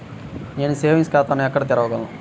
నేను సేవింగ్స్ ఖాతాను ఎక్కడ తెరవగలను?